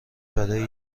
برای